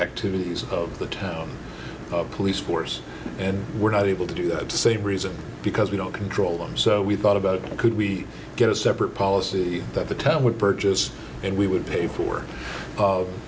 activities of the town of police force and we're not able to do the same reason because we don't control them so we thought about could we get a separate policy that the town would purchase and we would pay for